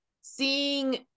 seeing